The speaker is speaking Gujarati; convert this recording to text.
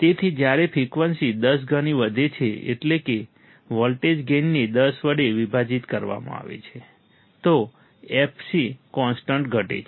તેથી જ્યારે ફ્રિકવન્સી દસ ગણી વધે છે એટલે કે વોલ્ટેજ ગેઇનને 10 વડે વિભાજિત કરવામાં આવે છે તો fc કોન્સ્ટન્ટ ઘટે છે